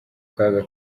kaga